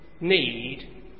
need